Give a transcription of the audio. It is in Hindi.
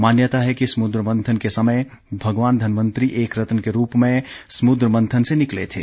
मान्यता है कि समुद्र मंथन के समय भगवान धनवंतरि एक रत्न के रूप में समुद्र मंथन से निकले थे